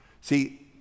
See